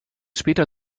später